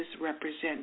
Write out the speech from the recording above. represent